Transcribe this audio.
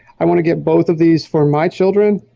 i wanna get both of these for my children.